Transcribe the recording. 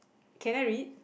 can I read